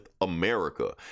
America